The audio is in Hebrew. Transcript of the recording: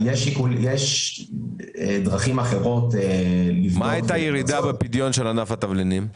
יש דרכים אחרות --- מה היתה הירידה בפדיון של ענף התבלינים?